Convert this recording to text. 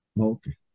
Okay